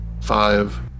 five